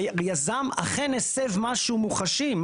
היזם אכן הסב משהו מוחשי,